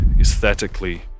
aesthetically